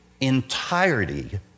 entirety